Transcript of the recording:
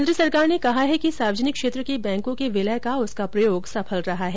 केंद्र सरकार ने कहा है कि सार्वजनिक क्षेत्र के बैंकों के विलय का उसका प्रयोग सफल रहा है